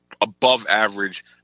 above-average